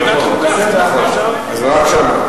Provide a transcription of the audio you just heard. כן, נכון, אז רק שם.